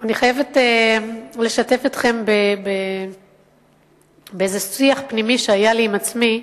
אני חייבת לשתף אתכם באיזה שיח פנימי שהיה לי עם עצמי,